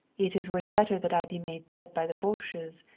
it is worth better that i be made dead by the boches,